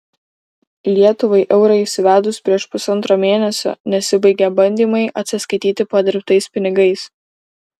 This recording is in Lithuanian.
lietuvai eurą įsivedus prieš pusantro mėnesio nesibaigia bandymai atsiskaityti padirbtais pinigais